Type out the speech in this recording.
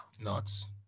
Nuts